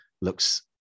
looks